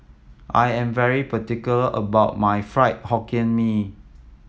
I am very particular about my Fried Hokkien Mee